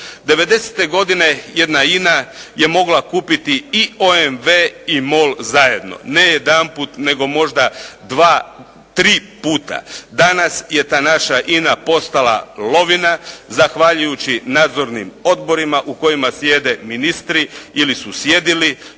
'90.-te godine jedna INA je mogla kupiti i OMV i MOL zajedno, ne jedanput nego možda dva, tri puta. Danas je ta naša INA postala lovina zahvaljujući nadzornih odborima u kojima sjede ministri ili su sjedili